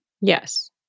Yes